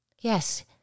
Yes